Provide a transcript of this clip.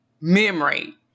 memory